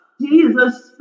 jesus